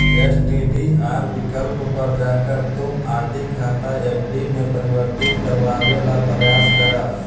STDR विकल्प पर जाकर तुम आर.डी खाता एफ.डी में परिवर्तित करवावे ला प्रायस करा